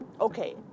okay